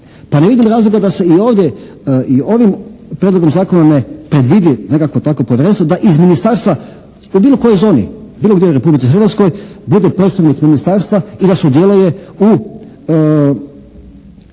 Pa ne vidim razloga da se i ovdje ovim prijedlogom zakona ne predvidi nekakvo takvo povjerenstvo da iz ministarstva u bilo kojoj zoni bilo gdje u Republici Hrvatskoj bude predstavnik ministarstva i da sudjeluje u